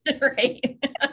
Right